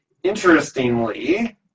Interestingly